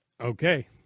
Okay